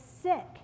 sick